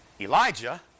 Elijah